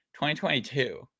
2022